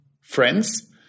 friends